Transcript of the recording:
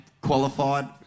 Qualified